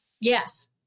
Yes